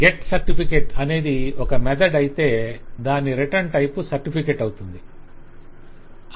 get certificate అనేది ఒక method అయితే దాని రిటర్న్ టైపు సర్టిఫికేట్ అవుతుంది స్టూడెంట్ సర్టిఫికేట్ ను రిటర్న్ చేస్తుంది